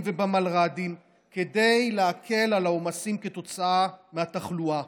ובמלר"דים כדי להקל את העומסים כתוצאה מהתחלואה.